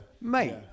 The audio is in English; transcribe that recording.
Mate